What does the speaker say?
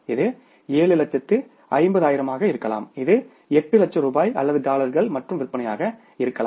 இது 7 லட்சத்து 50 ஆயிரமாக இருக்கலாம் இது 8 லட்சம் ரூபாய் அல்லது டாலர்கள் விற்பனையாக இருக்கலாம்